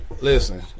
Listen